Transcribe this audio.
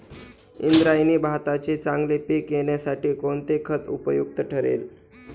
इंद्रायणी भाताचे चांगले पीक येण्यासाठी कोणते खत उपयुक्त ठरेल?